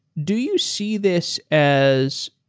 do you see this as